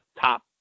top